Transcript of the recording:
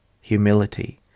humility